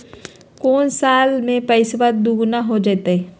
को साल में पैसबा दुगना हो जयते?